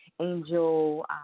Angel